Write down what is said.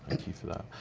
thank you for that.